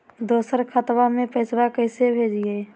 दोसर खतबा में पैसबा कैसे भेजिए?